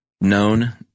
known